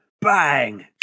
bang